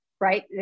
right